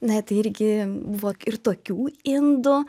na tai irgi buvo ir tokių indų